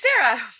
Sarah